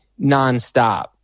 nonstop